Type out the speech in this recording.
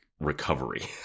recovery